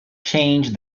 changed